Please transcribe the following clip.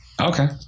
Okay